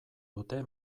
dute